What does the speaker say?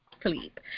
sleep